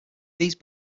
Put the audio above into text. these